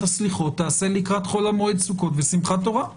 הסליחות תיעשה לקראת חול המועד סוכות ושמחת תורה.